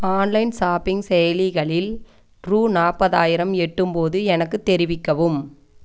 online shopping செயலிகளில் ரூ நாப்பதாயிரம் எட்டும்போது எனக்கு தெரிவிக்கவும்